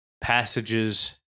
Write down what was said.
passages